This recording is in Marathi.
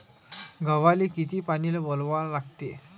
गव्हाले किती पानी वलवा लागते?